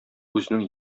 үзенең